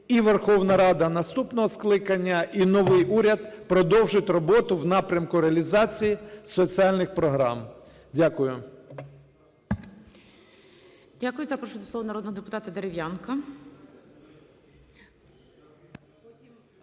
і Верховна Рада наступного скликання, і новий уряд продовжать роботу в напрямку реалізації соціальних програм. Дякую.